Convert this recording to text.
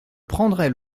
prendrai